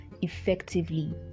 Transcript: effectively